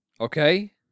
okay